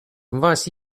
was